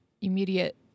immediate